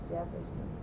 Jefferson